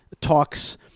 talks